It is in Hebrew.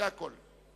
זה הכול.